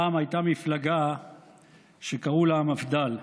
פעם הייתה מפלגה שקראו לה המפד"ל,